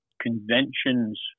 conventions